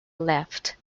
left